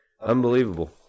Unbelievable